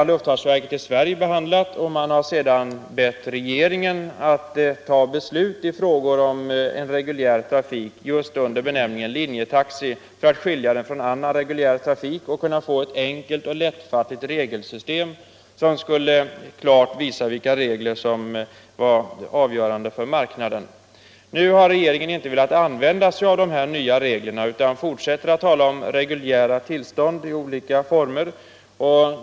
Luftfartsverket i Sverige har behandlat frågan och bett regeringen fatta beslut om reguljär trafik under benämningen linjetaxi för att skilja den från annan reguljär trafik och få ett enkelt och lättfattligt regelsystem, som klart skulle visa vilka regler som var avgörande för marknaden. Regeringen har inte velat använda de nya reglerna utan fortsätter att tala om reguljära tillstånd i olika former.